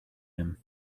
him